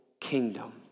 kingdom